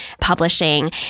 publishing